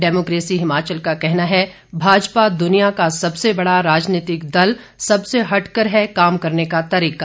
democracy Himachal का कहना है भाजपा द्रनिया का सबसे बड़ा राजनीतिक दल सबसे हटकर है काम करने का तरीका